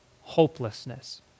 hopelessness